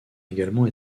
également